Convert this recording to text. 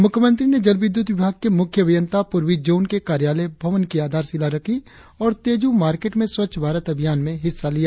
मुख्यमंत्री ने जल विद्युत विभाग के मुख्य अभियंता पूर्वी जोन के कार्यालय भवन की आधारशिला रखी और तेजु मार्केट में स्वच्छ भारत अभियान में हिस्सा लिया